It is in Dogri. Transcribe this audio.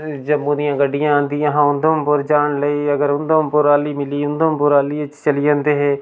जम्मू दियां गड्डियां औंदियां हां उधमपुर जान लेई अगर उधमपुर आह्ली मिली उधमपुर आह्लियै च चली जंदे हे